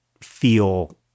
feel